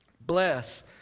Bless